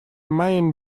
main